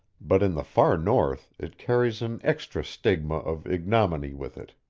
but in the far north it carries an extra stigma of ignominy with it,